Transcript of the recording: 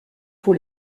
pour